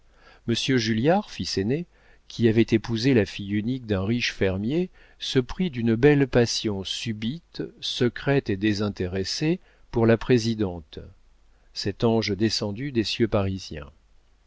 monsieur julliard fils aîné qui avait épousé la fille unique d'un riche fermier se prit d'une belle passion subite secrète et désintéressée pour la présidente cet ange descendu des cieux parisiens